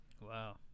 Wow